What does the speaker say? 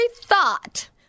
thought